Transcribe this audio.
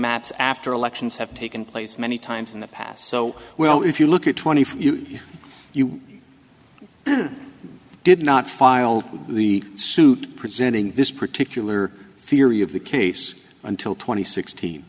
maps after elections have taken place many times in the past so well if you look at twenty five you i did not file the suit presenting this particular theory of the case until twenty six